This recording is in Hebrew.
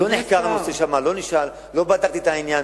לא נחקר הנושא שם, לא נשאל, לא בדקתי את העניין.